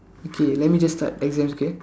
okay let me just start exams okay